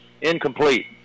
Incomplete